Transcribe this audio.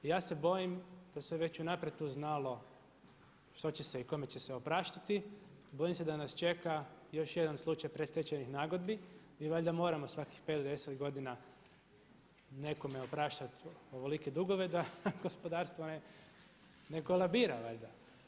I ja se bojim da se već unaprijed to znalo što će se i kome će se opraštati, bojim se da nas čeka još jedan slučaj predstečajnih nagodbi, mi valjda moramo svakih 5 do 10 godina nekome opraštati ovolike dugove da gospodarstvo ne kolabira valjda.